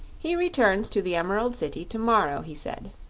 he returns to the emerald city to-morrow, he said.